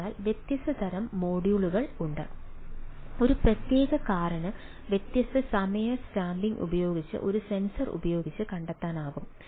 അതിനാൽ ഒരു പ്രത്യേക കാറിന് വ്യത്യസ്ത സമയ സ്റ്റാമ്പിംഗ് ഉപയോഗിച്ച് ഒരു സെൻസർ ഉപയോഗിച്ച് കണ്ടെത്താനാകും